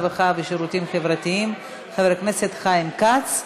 הרווחה והשירותים החברתיים חבר הכנסת חיים כץ,